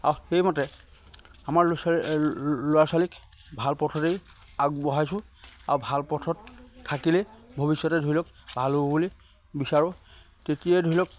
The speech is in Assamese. আৰু সেইমতে আমাৰ ল'ৰা ছোৱালী ল'ৰা ছোৱালীক ভাল পথতেই আগবঢ়াইছোঁ আৰু ভাল পথত থাকিলেই ভৱিষ্যতে ধৰি লওক ভাল হ'ব বুলি বিচাৰোঁ তেতিয়াই ধৰি লওক